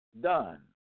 done